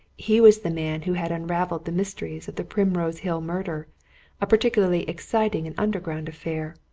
he was the man who had unravelled the mysteries of the primrose hill murder a particularly exciting and underground affair.